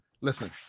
listen